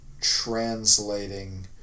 translating